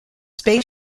space